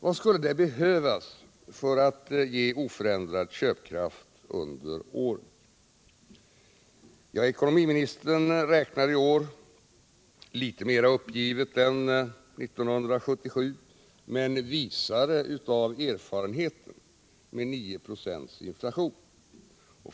Vad skulle behövas för att ge oförändrad köpkraft under året? Ja, ekonomiministern räknar i år, litet mera uppgivet än 1977 men visare av erfarenheten, med 9 96 inflation.